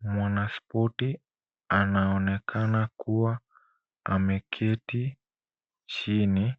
Mwanaspoti anaonekana kuwa ameketi chini,